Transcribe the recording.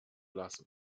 lassen